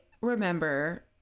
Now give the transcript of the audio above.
remember